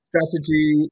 Strategy